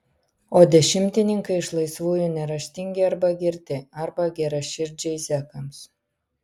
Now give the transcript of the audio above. o dešimtininkai iš laisvųjų neraštingi arba girti arba geraširdžiai zekams